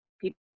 people